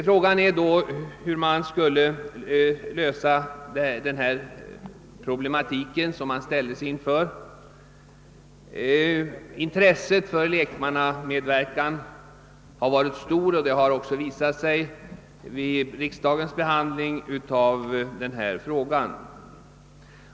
Frågan är då hur man skall klara den problematik som man nu ställes inför. Intresset för lekmannamedverkan har varit stort, vilket också har visat sig vid riksdagens behandling av dessa frågor.